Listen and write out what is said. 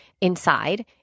inside